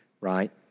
right